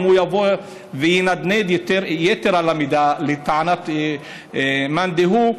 אם הוא יבוא וינדנד יתר על המידה לטענת מאן דהוא,